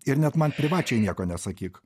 ir net man privačiai nieko nesakyk